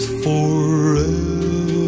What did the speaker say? forever